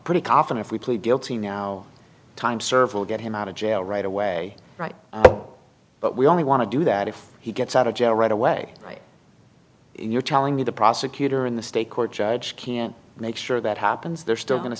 pretty coffin if we plead guilty now time served we'll get him out of jail right away right but we only want to do that if he gets out of jail right away you're telling me the prosecutor in the state court judge can make sure that happens they're still going to